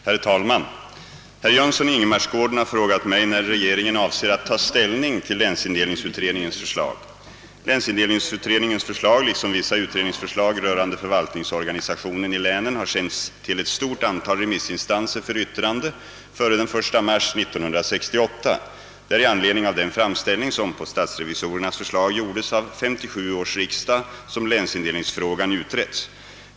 Herr talman! Herr Jönsson i Ingers marsgården har frågat mig, när regeringen avser att ta ställning till länsindelningsutredningens förslag. Länsindelningsutredningens = förslag liksom vissa utredningsförslag rörande förvaltningsorganisationen i länen har sänts till ett stort antal remissinstanser för yttrande före den 1 mars 1968. Det är i anledning av den framställning som på statsrevisorernas förslag gjordes av 1957 års riksdag som länsindelningsfrågan utretts.